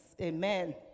Amen